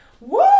woo